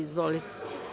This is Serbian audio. Izvolite.